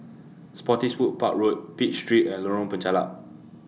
Spottiswoode Park Road Pitt Street and Lorong Penchalak